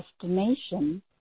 destination